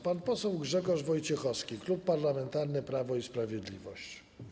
Pan poseł Grzegorz Wojciechowski, Klub Parlamentarny Prawo i Sprawiedliwość.